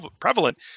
prevalent